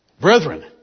Brethren